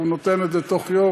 הוא נותן את זה תוך יום,